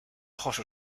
ojos